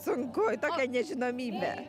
sunku į tokią nežinomybę